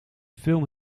film